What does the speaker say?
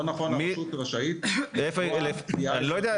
הרשות רשאית --- אני לא יודע.